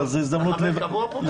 אתה חבר קבוע פה?